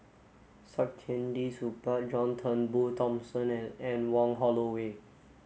Saktiandi Supaat John Turnbull Thomson and Anne Wong Holloway